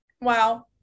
Wow